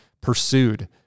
pursued